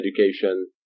education